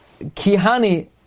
kihani